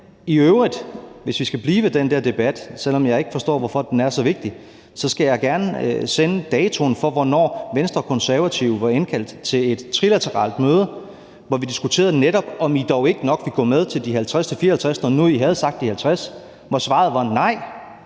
I øvrigt, hvis vi skal blive ved den der debat, selv om jeg ikke forstår, hvorfor den er så vigtig, så skal jeg gerne sende datoen for, hvornår Venstre og Konservative var indkaldt til et trilateralt møde, hvor vi netop diskuterede, om I dog ikke nok ville gå med til de 50-54 pct., når I nu havde sagt de 50 pct. Svaret var nej